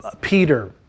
Peter